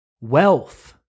wealth